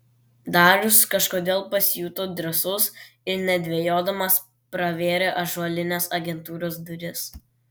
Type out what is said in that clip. darius kažkodėl pasijuto drąsus ir nedvejodamas pravėrė ąžuolines agentūros duris